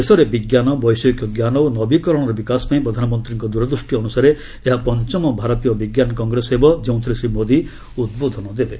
ଦେଶରେ ବିଜ୍ଞାନ ବୈଷୟିକ ଜ୍ଞାନ ଓ ନବୀକରଣର ବିକାଶ ପାଇଁ ପ୍ରଧାନମନ୍ତ୍ରୀଙ୍କ ଦୂରଦୃଷ୍ଟି ଅନୁସାରେ ଏହା ପଞ୍ଚମ ଭାରତୀୟ ବିଜ୍ଞାନ କଂଗ୍ରେସ ହେବ ଯେଉଁଥିରେ ଶ୍ରୀ ମୋଦୀ ଉଦ୍ବୋଧନ ଦେବେ